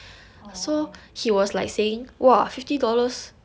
orh